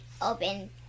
open